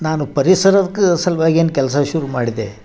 ನಾನು ಪರಿಸರಕ್ಕೆ ಸಲ್ವಾಗಿ ಏನು ಕೆಲಸ ಶುರು ಮಾಡಿದೆ